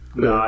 no